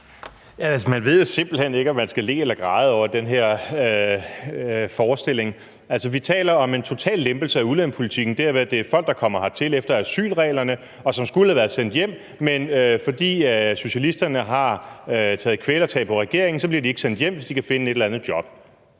Man ved jo simpelt hen ikke, om man skal le eller græde over den her forestilling. Altså, vi taler om en total lempelse af udlændingepolitikken. Det er folk, der kommer hertil efter asylreglerne, og som skulle have været sendt hjem, men fordi socialisterne har taget kvælertag på regeringen, bliver de ikke sendt hjem, hvis de kan finde et eller andet job